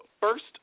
first